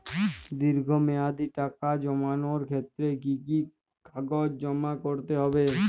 দীর্ঘ মেয়াদি টাকা জমানোর ক্ষেত্রে কি কি কাগজ জমা করতে হবে?